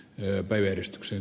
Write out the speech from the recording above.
yöpäivystyksen